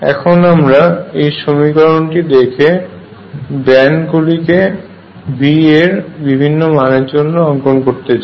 এখন আমরা এই সমীকরণটি দেখে ব্যান্ড গুলিকে V এর বিভিন্ন মানের জন্য অঙ্কন করতে চাই